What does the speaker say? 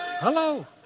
Hello